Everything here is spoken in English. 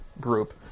group